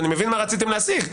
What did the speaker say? אני מבין מה רציתם להשיג,